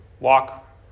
Walk